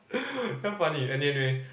damn funny anyway anyway